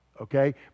Okay